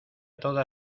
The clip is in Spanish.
toda